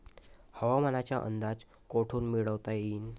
हवामानाचा अंदाज कोठून मिळवता येईन?